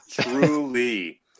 Truly